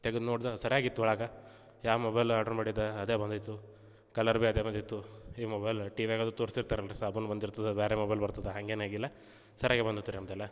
ತೆಗ್ದು ನೋಡ್ದೆ ಸರಿಯಾಗಿ ಇತ್ತು ಒಳಗೆ ಯಾ ಮೊಬೈಲ್ ಆರ್ಡ್ರ್ ಮಾಡಿದ್ದೆ ಅದೇ ಬಂದಿತ್ತು ಕಲರ್ ಭೀ ಅದೇ ಬಂದಿತ್ತು ಈ ಮೊಬೈಲ್ ಟಿವ್ಯಾಗ ಅದು ತೋರಿಸ್ತಿರ್ತಾರೆಲ್ಲ ರೀ ಸಾಬೂನು ಬಂದಿರ್ತದೆ ಬೇರೆ ಮೊಬೈಲ್ ಬರ್ತದೆ ಹಂಗೇನು ಆಗಿಲ್ಲ ಸರಿಯಾಗಿ ಬಂದಿತ್ತು ರೀ ನಮ್ದು ಎಲ್ಲ